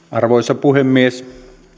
arvoisa puhemies